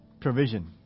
provision